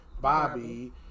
Bobby